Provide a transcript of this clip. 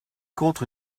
contre